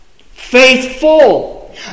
Faithful